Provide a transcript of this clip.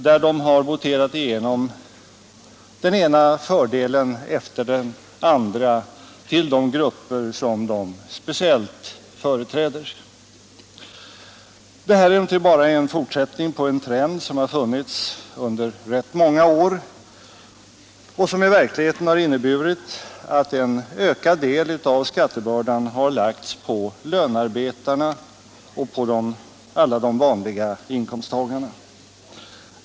De har voterat igenom den ena fördelen efter den andra till grupper som de speciellt företräder. Det här är emellertid bara fortsättningen på en trend som funnits under rätt många år och som i verkligheten har inneburit att en ökad del av skattebördan har lagts på lönarbetarna och på alla de vanliga inkomsttagarna.